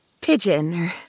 pigeon